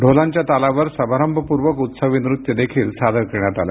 ढोलांच्या तालावर समारंभपूर्वक उत्सवी नृत्य देखील सादर करण्यात आलं